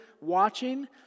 watching